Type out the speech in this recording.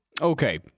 Okay